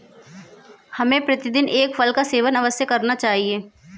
हमें प्रतिदिन एक फल का सेवन अवश्य करना चाहिए